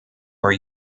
are